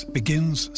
begins